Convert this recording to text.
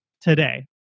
today